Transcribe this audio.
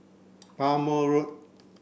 Bhamo Road